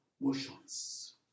motions